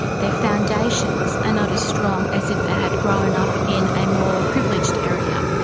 their foundations are not as strong as if they had grown up in a more privileged area.